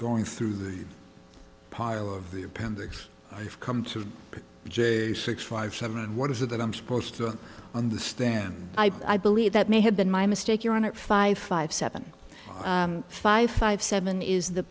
going through the pile of the appendix i've come to j six five seven and what is it that i'm supposed to understand i believe that may have been my mistake you're on at five five seven five five seven is the